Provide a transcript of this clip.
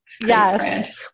Yes